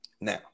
Now